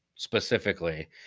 specifically